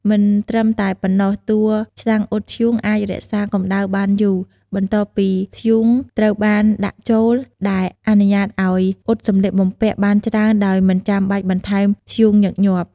មិនត្រឹមតែប៉ុណ្ណោះ តួឆ្នាំងអ៊ុតធ្យូងអាចរក្សាកម្ដៅបានយូរ បន្ទាប់ពីធ្យូងត្រូវបានដាក់ចូល ដែលអនុញ្ញាតឲ្យអ៊ុតសម្លៀកបំពាក់បានច្រើនដោយមិនចាំបាច់បន្ថែមធ្យូងញឹកញាប់។